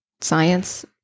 science